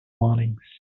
warnings